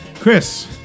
Chris